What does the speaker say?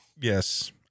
Yes